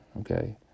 Okay